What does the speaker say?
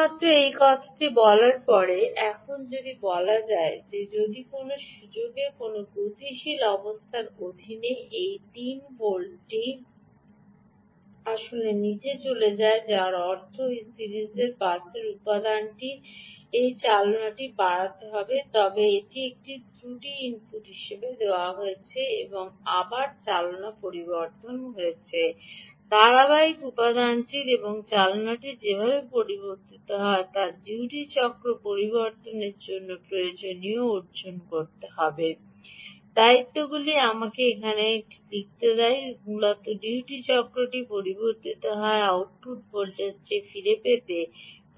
কেবল এই কথাটি বলার পরে এখন যদি বলা যায় যে যদি কোনও সুযোগে কোনও গতিশীল অবস্থার অধীনে এই 3 ভোল্টটি আসলে নিচে চলে যায় যার অর্থ এই সিরিজের পাসের উপাদানটির এই চালনটি বাড়াতে হবে তবে এটি একটি ত্রুটি ইনপুট হিসাবে দেওয়া হয়েছে এবং আবার চালনা পরিবর্তন হয়েছে ধারাবাহিক উপাদানটির এবং চালনাটি যেভাবে পরিবর্তিত হয় তা হল ডিউটি চক্রটি পরিবর্তন করে প্রয়োজনীয়ভাবে অর্জিত হয় দায়িত্বগুলি আমাকে এখানে এটি লিখতে দেয় মূলত ডিউটি চক্রটি পরিবর্তিত হয়ে আউটপুট ভোল্টেজটি ফিরে পেতে